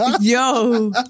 yo